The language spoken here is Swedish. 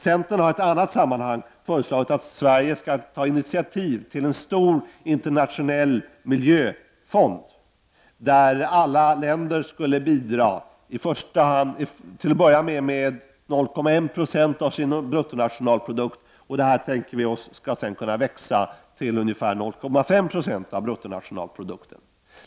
Centern har i ett annat sammanhang föreslagit att Sverige skall ta initiativ till en stor internationell miljöfond, där alla länder skulle bidra, till att börja med med 0,1 26 av sin bruttonationalprodukt. Vi har tänkt att detta bidrag skulle kunna växa till ungefär 0,5 26 av bruttonationalprodukten.